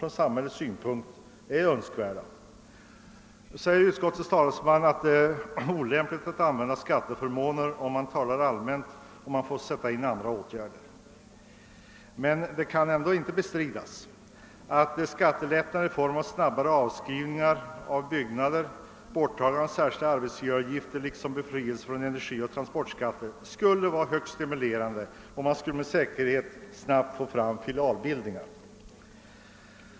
Utskottets talesman säger nu att det är olämpligt att använda skatteförmåner, och man talar allmänt om att andra åtgärder måste vidtas. Det kan dock inte bestridas att skattelättnader i form av snabbare avskrivningar av byggnader, borttagande av den särskilda arbetsgivaravgiften och befrielse från energioch transportskatt skulle vara högst stimulerande, och man skulle med säkerhet snabbt få fram filialbildningar.